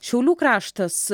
šiaulių kraštas